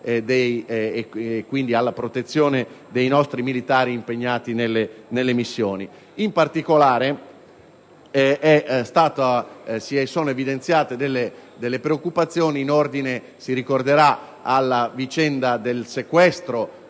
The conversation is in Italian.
e quindi alla protezione dei nostri militari impegnati nelle missioni. In particolare, si sono evidenziate delle preoccupazioni in ordine - come si ricorderà - alla vicenda del sequestro